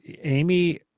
Amy